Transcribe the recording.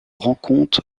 rencontre